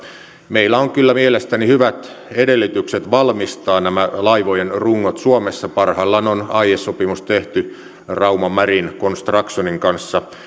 meillä on kyllä mielestäni hyvät edellytykset valmistaa nämä laivojen rungot suomessa parhaillaan on aiesopimus tehty rauma marine constructionsin kanssa